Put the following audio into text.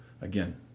again